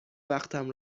وقتم